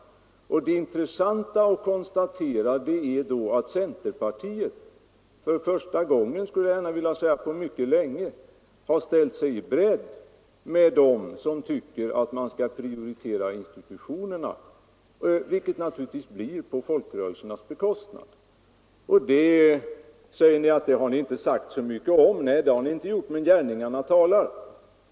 Och då är det intressant att konstatera att centerpartiet, jag vill säga för första gången på mycket länge, har ställt sig i bredd med dem som tycker att vi skall prioritera institutionerna, vilket naturligtvis i så fall måste ske på folkrörelsernas bekostnad. Det har ni inte talat så mycket om, säger ni. Nej, det har ni inte. Men gärningarna talar.